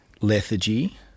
lethargy